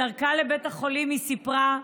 בדרכה לבית החולים היא סיפרה: